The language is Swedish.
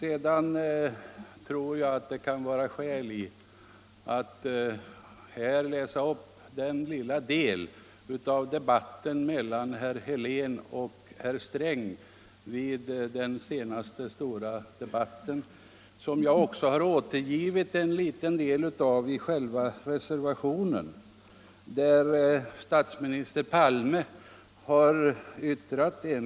Jag tror att det finns skäl att här citera det uttalande som statsminister Palme enligt ett tidningsreferat gjorde vid Sparfrämjandets 50-årsjubileum och som åberopades i en replikväxling mellan herr Helén och herr Sträng i den allmänpolitiska debatten.